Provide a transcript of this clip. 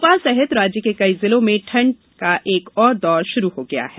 भोपाल सहित राज्य के कई जिलों में ठंड का एक और दौर शुरू हो गया है